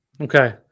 Okay